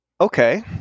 okay